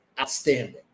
outstanding